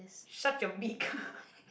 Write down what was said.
shut your beak